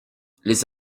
les